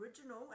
original